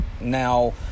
Now